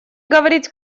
говорить